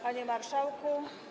Panie Marszałku!